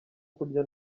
kurya